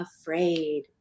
afraid